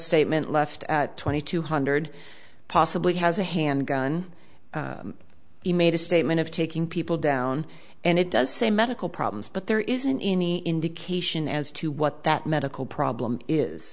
statement left at twenty two hundred possibly has a handgun he made a statement of taking people down and it does say medical problems but there isn't any indication as to what that medical problem is